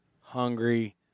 hungry